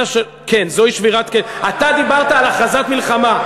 כן, זוהי שבירת, אתה דיברת על הכרזת מלחמה.